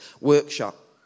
workshop